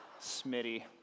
Smitty